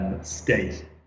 State